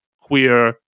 queer